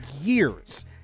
years